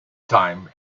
time